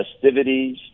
festivities